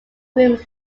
rooms